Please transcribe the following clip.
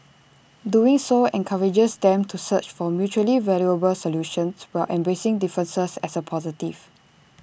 doing so encourages them to search for mutually valuable solutions while embracing differences as A positive